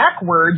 backwards